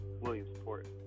Williamsport